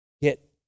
get